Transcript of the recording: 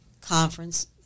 conference